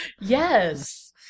Yes